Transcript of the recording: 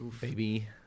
Baby